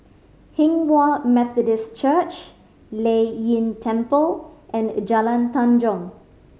Hinghwa Methodist Church Lei Yin Temple and Jalan Tanjong